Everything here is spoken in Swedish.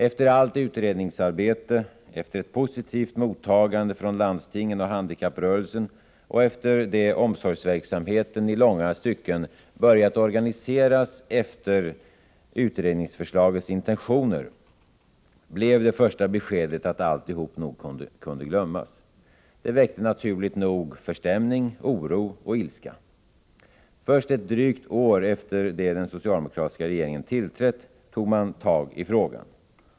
Efter allt utredningsarbete, efter ett positivt mottagande från landstingen och handikapprörelsen och efter det omsorgsverksamheten i långa stycken börjat organiseras efter utrednings förslagets intentioner, blev det första beskedet att alltihop nog kunde glömmas. Det väckte naturligt nog förstämning, oro och ilska. Först ett drygt år efter det att den socialdemokratiska regeringen tillträtt tog man tag i frågan.